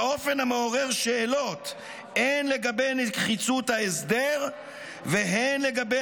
באופן המעורר שאלות הן לגבי נחיצות ההסדר והן לגבי